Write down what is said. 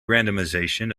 randomization